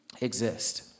exist